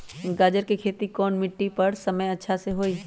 गाजर के खेती कौन मिट्टी पर समय अच्छा से होई?